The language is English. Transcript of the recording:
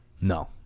No